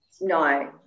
No